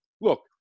look